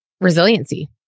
resiliency